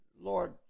Lord